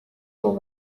ubu